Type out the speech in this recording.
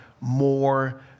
more